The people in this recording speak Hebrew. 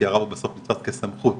כי הרב בסוף נתפס כסמכות,